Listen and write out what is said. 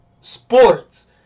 sports